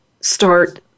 start